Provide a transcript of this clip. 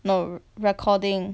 no recording